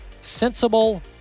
sensible